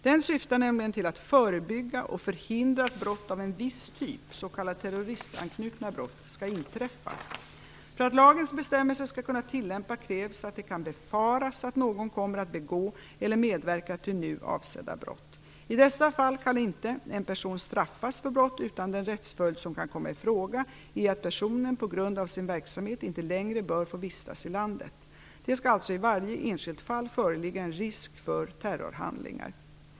Den syftar nämligen till att förebygga och förhindra att brott av en viss typ - s.k. terroristanknutna brott - skall inträffa. För att lagens bestämmelser skall kunna tillämpas krävs att det kan befaras att någon kommer att begå eller medverka till nu avsedda brott. I dessa fall kan inte en person straffas för brott, utan den rättsföljd som kan komma i fråga är att personen på grund av sin verksamhet inte längre bör få vistas i landet. Det skall alltså i varje enskilt fall föreligga en risk för terrorhandlingar.